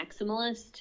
maximalist